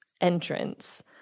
entrance